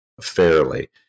fairly